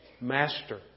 master